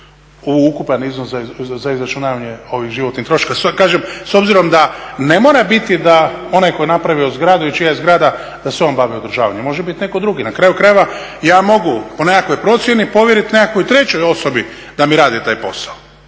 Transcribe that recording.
u ukupan iznos za izračunavanje ovih životnih troškova. Kažem s obzirom da ne mora biti da onaj tko je napravio zgradu i čija je zgrada da se on bavi održavanjem, može biti netko drugi. Na kraju krajeva, ja mogu po nekakvoj procjeni povjerit nekakvoj trećoj osobi da mi radi taj posao.